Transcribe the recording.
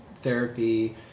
therapy